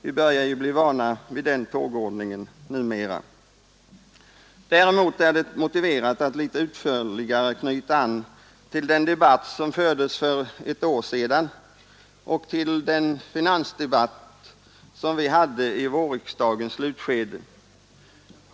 Vi börjar ju bli vana vid den tågordningen. Däremot är det motiverat att litet utförligare knyta an till den debatt som fördes för ett år sedan och till den finansdebatt som vi hade i vårriksdagens slutskede.